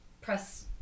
press